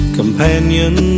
companion